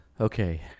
Okay